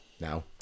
now